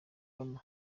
obama